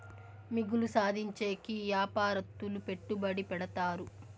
మిగులు సాధించేకి యాపారత్తులు పెట్టుబడి పెడతారు